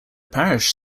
parish